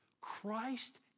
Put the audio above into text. Christ